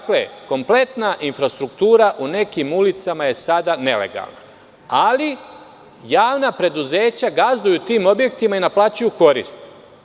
Kompletna infrastruktura u nekim ulicama je sada nelegalna, ali javna preduzeća gazduju tim objektima i naplaćuju korist.